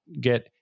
get